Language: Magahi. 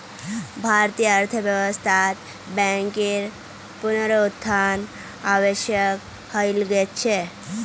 भारतीय अर्थव्यवस्थात बैंकेर पुनरुत्थान आवश्यक हइ गेल छ